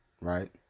right